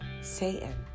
Satan